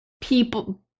people